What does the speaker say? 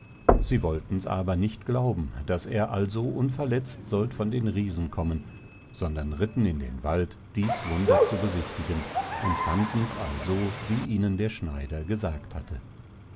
sie wolltens aber nicht glauben daß er also unverletzt sollt von den riesen kommen sondern ritten in den wald dies wunder zu besichtigen und fandens also wie ihnen der schneider gesagt hatte